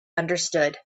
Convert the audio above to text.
understood